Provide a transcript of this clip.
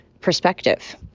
perspective